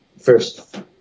first